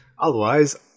otherwise